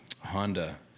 Honda